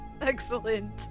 Excellent